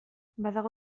badago